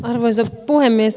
arvoisa puhemies